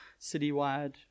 citywide